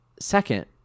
Second